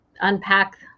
unpack